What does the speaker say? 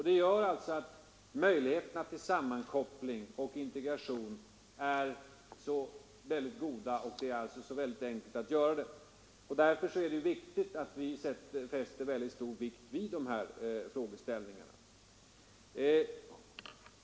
Det gör att möjligheterna till sammankoppling och intregation är goda och att det är enkelt att genomföra sådana åtgärder. Därför är det viktigt att vi fäster stort avseende vid de här frågeställningarna.